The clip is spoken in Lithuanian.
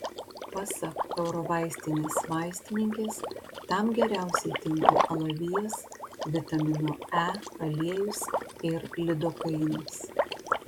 pasak eurovaistinės vaistininkės tam geriausiai tinka alavijas vitamino e aliejus ir lidokainas